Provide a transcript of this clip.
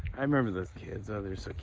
i remember those kids. oh, they